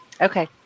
Okay